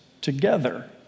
together